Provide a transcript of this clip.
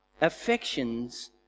Affections